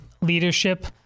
leadership